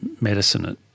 medicine